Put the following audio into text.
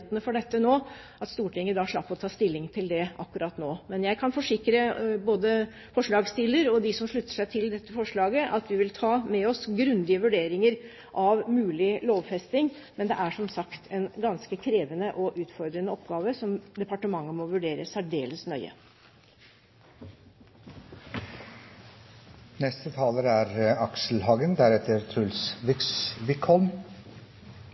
mulighetene for dette nå – slapp å ta stilling til det akkurat nå. Jeg kan imidlertid forsikre både forslagsstilleren og dem som slutter seg til dette forslaget, at vi vil ta med oss grundige vurderinger av mulig lovfesting, men det er som sagt en ganske krevende og utfordrende oppgave, som departementet må vurdere særdeles